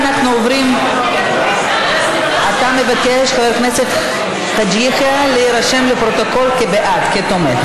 בעד, 31 חברי כנסת, 41 מתנגדים, אין נמנעים.